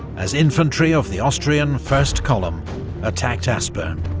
as infantry of the austrian first column attacked aspern.